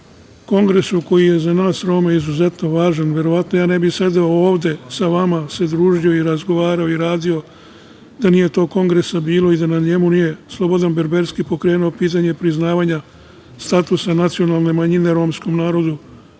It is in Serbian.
kongresu koji je za nas Rome izuzetno važan. Verovatno ja ne bih sedeo ovde sa vama se družio i razgovarao i radio da nije tog kongresa bilo i da na njemu nije Slobodan Berberski pokrenuo pitanje priznavanja statusa nacionalne manjine romskom narodu,